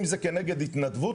אם זה כנגד התנדבות,